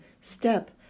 step